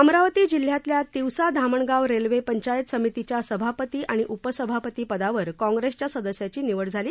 अमरावती जिल्ह्यातल्या तिवसा धामणगाव रेल्वे पंचायत समितीच्या सभापती आणि उपसभापती पदावर काँग्रेसच्या सदस्याची निवड झाली